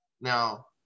Now